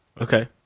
Okay